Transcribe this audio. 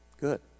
Good